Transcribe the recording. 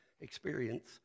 experience